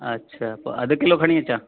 अछा पोइ अधि किलो खणी अचां